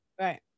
Right